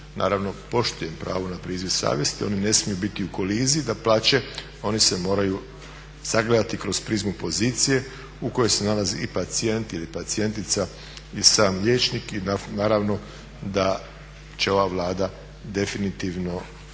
naravno poštujem pravo na priziv savjesti. Oni ne smiju biti u koliziji, dapače, oni se moraju sagledati kroz prizmu pozicije u kojoj se nalazi i pacijent ili pacijentica i sam liječnik i naravno da će ova Vlada definitivno